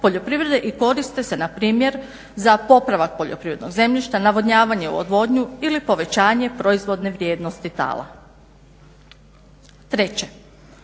i koriste se npr. za popravak poljoprivrednog zemljišta, navodnjavanje i odvodnju ili povećanje proizvodne vrijednosti tala. 3.